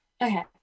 Okay